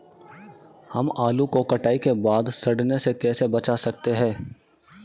हम आलू को कटाई के बाद सड़ने से कैसे बचा सकते हैं?